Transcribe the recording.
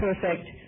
perfect